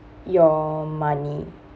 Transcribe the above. your money